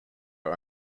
her